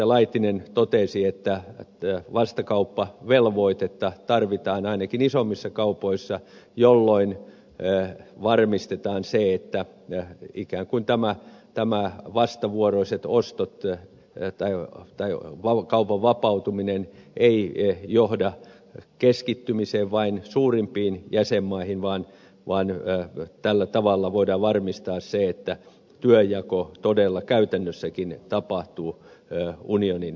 laitinen totesi että vastakauppavelvoitetta tarvitaan ainakin isommissa kaupoissa jolloin varmistetaan se että ikään kuin vastavuoroiset ostot tai kaupan vapautuminen eivät johda keskittymiseen vain suurimpiin jäsenmaihin vaan tällä tavalla voidaan varmistaa se että työnjako todella käytännössäkin tapahtuu unionin sisällä